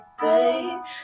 Babe